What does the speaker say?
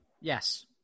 Yes